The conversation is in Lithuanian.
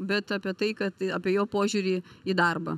bet apie tai kad apie jo požiūrį į darbą